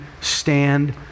stand